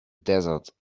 desert